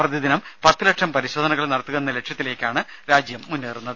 പ്രതിദിനം പത്ത് ലക്ഷം പരിശോധനകൾ നടത്തുക എന്ന ലക്ഷ്യത്തിലേക്കാണ് രാജ്യം മുന്നേറുന്നത്